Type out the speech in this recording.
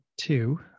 two